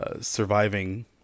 surviving